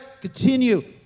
Continue